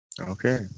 Okay